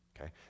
Okay